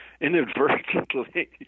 inadvertently